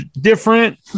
different